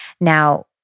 Now